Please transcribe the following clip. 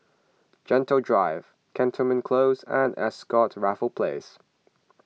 Gentle Drive Cantonment Close and Ascott Raffles Place